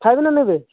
ଖାଇବେ ନା ନେବେ